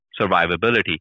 survivability